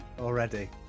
already